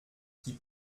qui